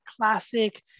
classic